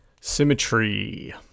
Symmetry